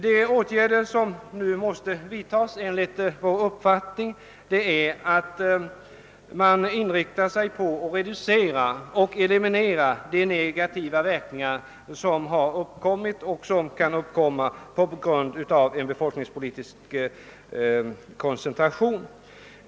De åtgärder som enligt vår uppfattning nu måste vidtas är att man inriktar sig på att reducera eller eliminera de negativa verkningarna av befolkningskoncentrationen.